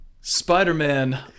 Spider-Man